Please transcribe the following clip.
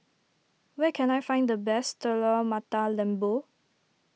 where can I find the best Telur Mata Lembu